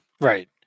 Right